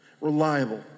Reliable